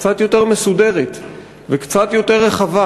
קצת יותר מסודרת וקצת יותר רחבה,